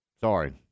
Sorry